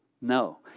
No